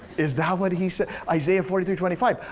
is that what he said? isaiah forty three twenty five.